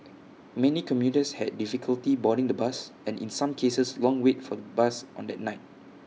many commuters had difficulty boarding the bus and in some cases long wait for bus on that night